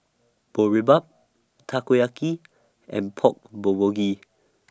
Boribap Takoyaki and Pork Bulgogi